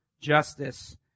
justice